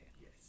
Yes